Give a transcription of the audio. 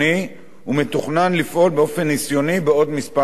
ומתוכנן לפעול באופן ניסיוני בעוד כמה חודשים.